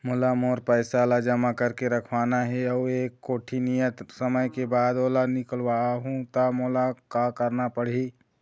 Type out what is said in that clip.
मोला मोर पैसा ला जमा करके रखवाना हे अऊ एक कोठी नियत समय के बाद ओला निकलवा हु ता मोला का करना पड़ही?